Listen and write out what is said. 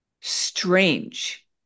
strange